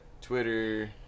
twitter